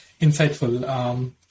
insightful